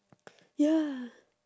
ya